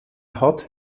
hat